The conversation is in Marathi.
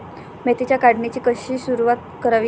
मेथीच्या काढणीची कधी सुरूवात करावी?